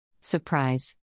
Surprise